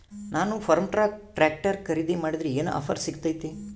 ನಾನು Farmtrac tractor ಖರೇದಿ ಮಾಡಿದ್ರೆ ಏನು ಆಫರ್ ಸಿಗ್ತೈತಿ?